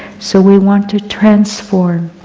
so we want to transform